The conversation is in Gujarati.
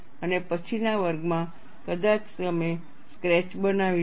અને પછીના વર્ગમાં કદાચ તમે સ્કેચ બનાવી શકો